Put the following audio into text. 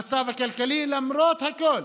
המצב הכלכלי, למרות הכול,